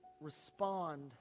respond